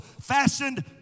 fashioned